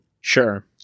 Sure